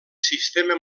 sistema